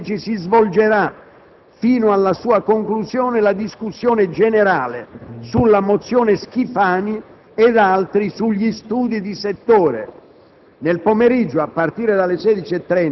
Martedì 26 giugno, alle ore 11, si svolgerà, fino alla sua conclusione, la discussione generale sulla mozione Schifani ed altri sugli studi di settore.